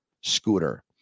scooter